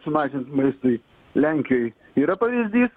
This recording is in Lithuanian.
sumažint maistui lenkijoj yra pavyzdys